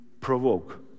provoke